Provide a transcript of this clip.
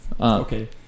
okay